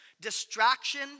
distraction